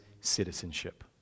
citizenship